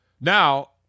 Now